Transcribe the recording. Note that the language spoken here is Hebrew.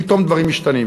פתאום דברים משתנים.